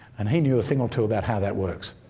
and he knew a thing or two about how that works.